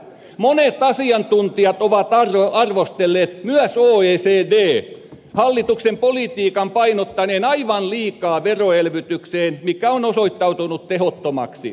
monet asiantuntijat ovat arvostelleet myös oecd hallituksen politiikan painottuneen aivan liikaa veroelvytykseen mikä on osoittautunut tehottomaksi